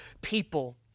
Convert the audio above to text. people